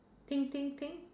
think think think